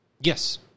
Yes